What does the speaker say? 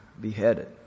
beheaded